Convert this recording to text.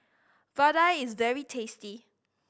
vadai is very tasty